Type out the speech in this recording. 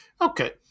Okay